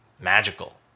magical